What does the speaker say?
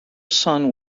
son